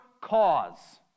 cause